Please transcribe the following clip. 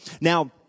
Now